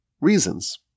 reasons